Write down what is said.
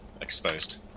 exposed